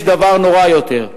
יש דבר נורא יותר,